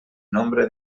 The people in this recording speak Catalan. nombre